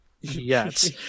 Yes